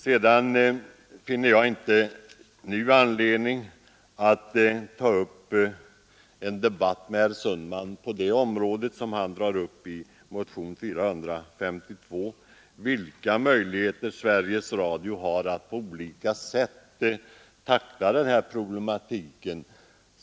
Jag finner inte heller anledning att ta upp en debatt med herr Sundman om de frågor som han behandlat i motionen 452, alltså vilka möjligheter Sveriges Radio har att på olika sätt tackla den här problematiken.